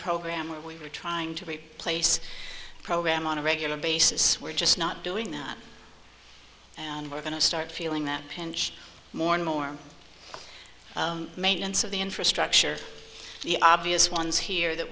program where we were trying to replace program on a regular basis we're just not doing that and we're going to start feeling that pinch more and more maintenance of the infrastructure the obvious ones here that